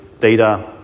data